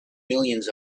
millions